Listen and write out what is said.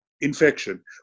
infection